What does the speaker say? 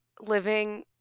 living